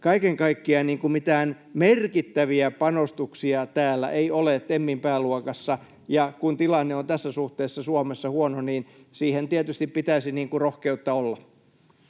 kaiken kaikkiaan mitään merkittäviä panostuksia täällä ei ole TEMin pääluokassa, ja kun tilanne on tässä suhteessa Suomessa huono, niin siihen tietysti pitäisi rohkeutta olla.